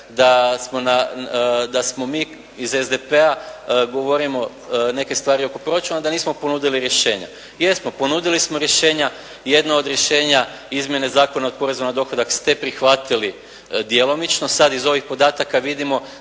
da smo mi iz SDP-a govorimo neke stvari oko proračuna da nismo ponudili rješenja. Jesmo, ponudili smo rješenja. Jedno od rješenja Izmjene Zakona od poreza na dohodak ste prihvatili djelomično. Sad iz ovih podataka vidimo